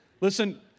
Listen